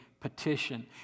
petition